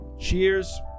cheers